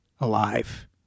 alive